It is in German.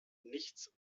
nichts